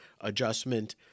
adjustment